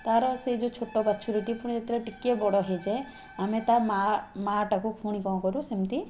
ତାର ସେଇ ଯେଉଁ ଛୋଟ ବାଛୁରୀଟି ପୁଣି ଯେତେବେଳେ ଟିକିଏ ବଡ଼ ହେଇଯାଏ ଆମେ ତା' ମା' ତା' ମା'ଟାକୁ ପୁଣି କ'ଣ କରୁ ସେମିତି